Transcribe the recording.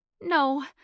No